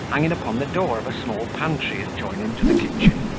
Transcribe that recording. hanging upon the door of a small pantry adjoining to the kitchen